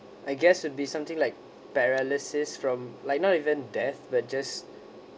I guess would be something like paralysis from like not even death were just